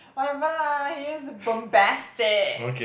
whatever lah he use bombastic